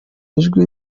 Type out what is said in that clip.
ijwi